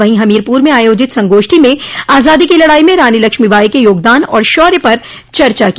वहीं हमीरपुर में आयोजित संगोष्ठी में आजादी की लड़ाई में रानी लक्ष्मीबाई के योगदान और शौर्य पर चर्चा की